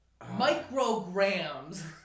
Micrograms